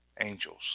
angels